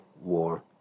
War